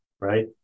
right